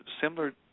similar